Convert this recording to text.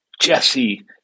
Jesse